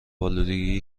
آلودگی